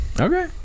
okay